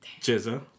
Jizza